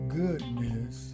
goodness